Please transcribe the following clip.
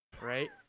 Right